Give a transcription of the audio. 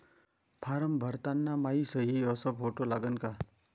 Form भरताना मायी सयी अस फोटो लागन का?